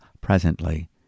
presently